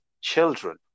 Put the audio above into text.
children